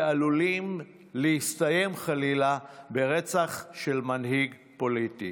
שעלולים להסתיים, חלילה, ברצח של מנהיג פוליטי.